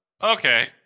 Okay